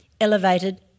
elevated